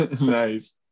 Nice